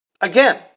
again